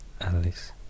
Alice